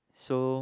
so